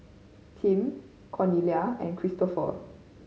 Tim Cornelia and Kristoffer